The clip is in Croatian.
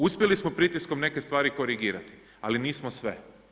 Uspjeli smo pritiskom neke stvari korigirati, ali nismo sve.